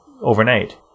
overnight